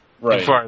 Right